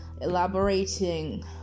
elaborating